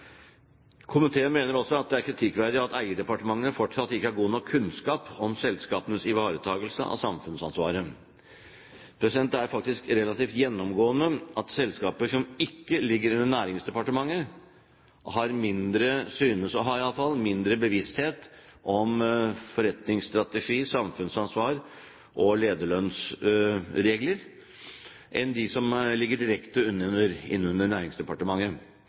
Komiteen mener også at det er kritikkverdig at eierdepartementene fortsatt ikke har god nok kunnskap om selskapenes ivaretakelse av samfunnsansvaret. Det er faktisk relativt gjennomgående at selskaper som ikke ligger under Næringsdepartementet, har – synes å ha iallfall – mindre bevissthet om forretningsstrategi, samfunnsansvar og lederlønnsregler enn de som ligger direkte innunder Næringsdepartementet.